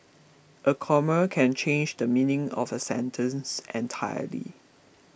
a comma can change the meaning of a sentence entirely